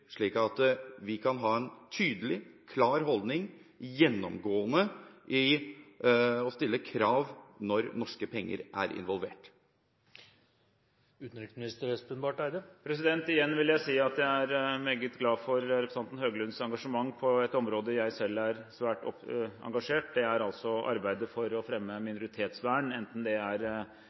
slik at vi kan ha en gjennomgående tydelig og klar holdning og stille krav når norske penger er involvert? Igjen vil jeg si at jeg er meget glad for representanten Høglunds engasjement på et område jeg selv er svært engasjert. Det gjelder arbeidet for å fremme minoritetsvern, enten det er